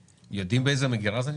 יודעים באיזו מגירה זה נמצא?